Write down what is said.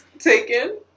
taken